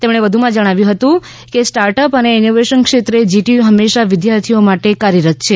તેમણે વધુમાં જણાવ્યું કે સ્ટાર્ટઅપ અને ઇનોવેશન ક્ષેત્રે જીટીયુ હંમેશા વિદ્યાર્થીઓ માટે કાર્યરત છે